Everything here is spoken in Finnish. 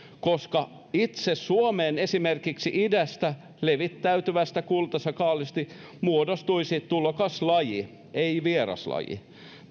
koska itse suomeen esimerkiksi idästä levittäytyvästä kultasakaalista muodostuisi tulokaslaji ei vieraslaji